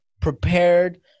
prepared